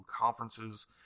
conferences